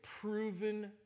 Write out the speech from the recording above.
proven